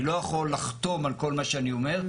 אני לא יכול לחתום על כל מה שאני אומר,